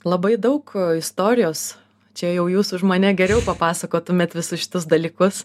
labai daug istorijos čia jau jūs už mane geriau papasakotumėt visus šitus dalykus